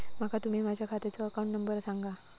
माका तुम्ही माझ्या खात्याचो अकाउंट नंबर सांगा?